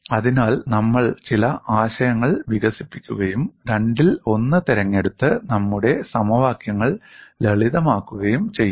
അതിനാൽ നമ്മൾ ചില ആശയങ്ങൾ വികസിപ്പിക്കുകയും രണ്ടിൽ ഒന്ന് തിരഞ്ഞെടുത്ത് നമ്മുടെ സമവാക്യങ്ങൾ ലളിതമാക്കുകയും ചെയ്യും